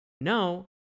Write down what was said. no